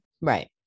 Right